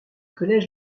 collèges